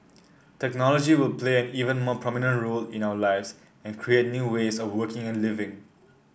technology will play an even more prominent role in our lives and create new ways of working and living